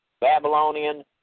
Babylonian